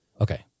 Okay